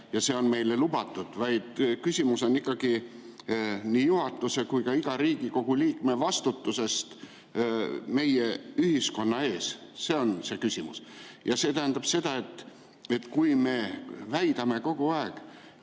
kas see on meile lubatud, vaid küsimus on ikkagi nii juhatuse kui ka iga Riigikogu liikme vastutuses meie ühiskonna ees. See on see küsimus. See tähendab seda, et kui me väidame kogu aeg,